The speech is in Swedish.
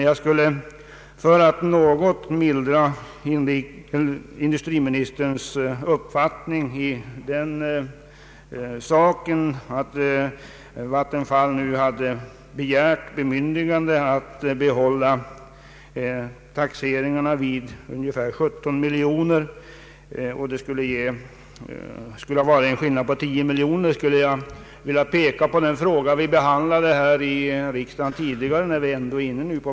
Vattenfall har begärt bemyndigande att behålla taxeringarna vid ungefär 17 miljoner kronor för 1970 års inkomsttaxering, vilket skulle betyda en skillnad på 10 miljoner kronor — i förhållande till redovisat resultat. När vi nu är inne på Vattenfall, skulle jag vilja ta upp en fråga som vi tidigare har behandlat här i riksdagen, nämligen fastighetstaxeringen.